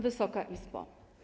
Wysoka Izbo!